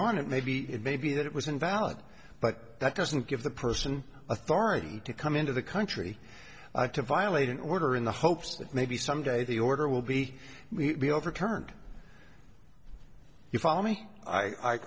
on it may be it may be that it was invalid but that doesn't give the person authority to come into the country to violate an order in the hopes that maybe some day the order will be overturned you follow me i